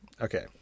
Okay